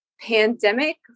pandemic